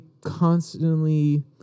constantly